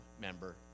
member